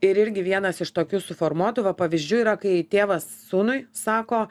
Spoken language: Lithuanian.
ir irgi vienas iš tokių suformuotų va pavyzdžių yra kai tėvas sūnui sako